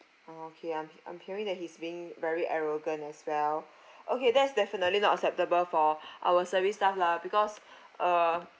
okay I'm he~ I'm hearing that he's being very arrogant as well okay that's definitely not acceptable for our service staff lah because uh